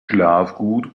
neun